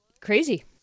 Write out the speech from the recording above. crazy